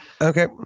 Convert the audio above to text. okay